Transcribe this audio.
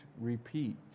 repeat